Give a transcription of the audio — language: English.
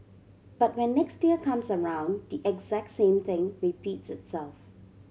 but when next year comes around the exact same thing repeats itself